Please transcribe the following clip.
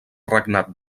regnat